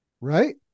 right